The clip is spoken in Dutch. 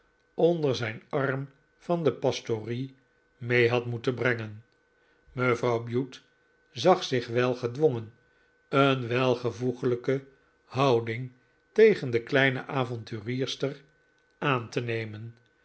onder zijn arm van de pastorie mee had moeten brengen mevrouw bute zag zich wel gedwongen een welvoeglijke houding tegen de kleine avonturierster aan te nemen